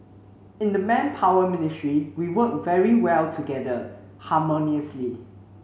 in the Manpower Ministry we work very well together harmoniously